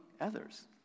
others